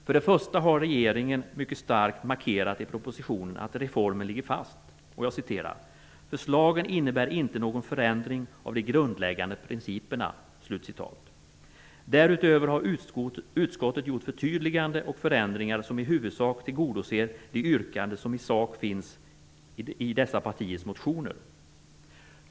Först och främst har regeringen mycket starkt markerat i propositionen att reformen ligger fast: "Förslagen innebär inte någon förändring av de grundläggande principerna." Därutöver har utskottet gjort förtydliganden och förändringar som i huvudsak tillgodoser yrkanden som i sak finns i dessa partiers motioner.